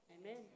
Amen